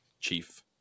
chief